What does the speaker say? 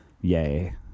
yay